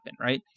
right